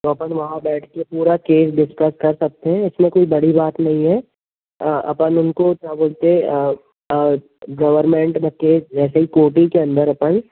तो अपन वहाँ बैठ कर पूरा केस डिस्कस कर सकते हैं इसमें कोई बड़ी बात नहीं है अपन उनको क्या बोलते हैं गवर्नमेंट में केस जैसे ही कोट ही के अंदर अपन